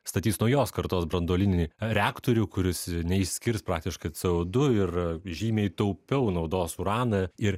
statys naujos kartos branduolinį reaktorių kuris neišskirs praktiškai co du ir žymiai taupiau naudos uraną ir